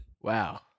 Wow